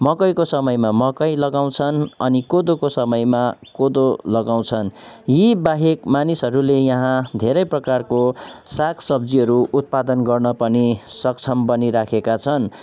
मकैको समयमा मकै लगाउँछन् अनि कोदोको समयमा कोदो लगाउँछन् यी बाहेक मानिसहरूले यहाँ धेरै प्रकारको सागसब्जीहरू उत्पादन गर्न पनि सक्षम बनिरहेका छन्